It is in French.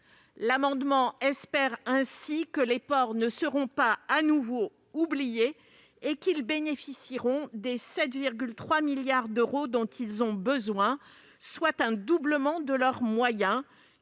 l'amendement espèrent ainsi que les ports ne seront pas de nouveau oubliés et qu'ils bénéficieront des 7,3 milliards d'euros dont ils ont besoin, soit un doublement des moyens